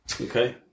Okay